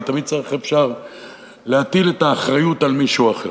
כי תמיד אפשר להטיל את האחריות על מישהו אחר.